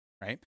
right